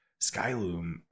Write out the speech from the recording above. Skyloom